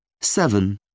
Seven